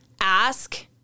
Ask